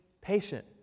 patient